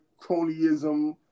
cronyism